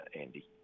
Andy